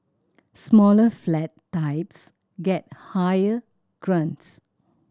smaller flat types get higher grants